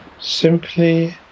simply